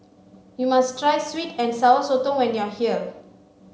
you must try sweet and sour sotong when you are here